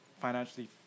Financially